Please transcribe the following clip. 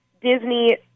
Disney